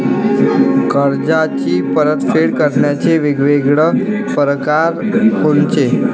कर्जाची परतफेड करण्याचे वेगवेगळ परकार कोनचे?